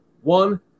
One